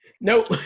Nope